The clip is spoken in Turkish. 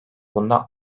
bunda